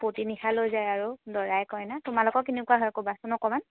পুৱতি নিশা লৈ যায় আৰু দৰাই কইনাক তোমালোকৰ কেনেকুৱা হয় ক'বাচোন অকণমান